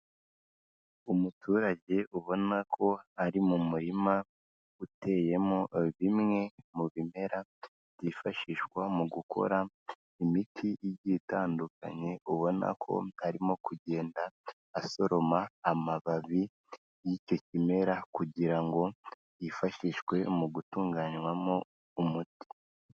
Umuturage ubona ko ari mu murima uteyemo bimwe mu bimera byifashishwa mu gukora imiti igiye itandukanye, ubona ko arimo kugenda asoroma amababi y'icyo kimera kugira ngo yifashishwe mu gutunganywamo umuti.